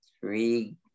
three